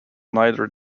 neither